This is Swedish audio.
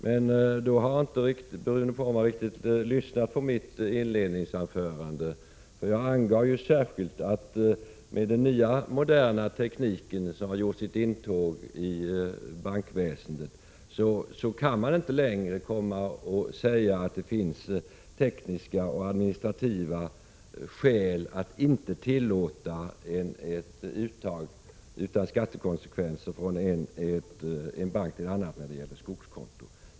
Bruno Poromaa har då inte riktigt lyssnat på mitt inledningsanförande, där jag särskilt angav att det i och med den nya moderna teknikens intåg i bankväsendet inte längre kan sägas att det finns tekniska och administrativa skäl för att inte tillåta överföring av skogskonto från en bank till en annan utan skattekonsekvenser.